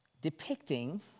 Depicting